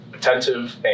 Attentive